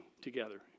together